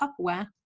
Tupperware